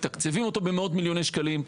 מתקצבים אותו במאות מיליוני שקלים.